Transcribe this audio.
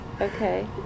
Okay